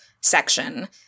section